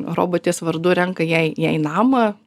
robotės vardu renka jai jai namą